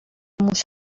موش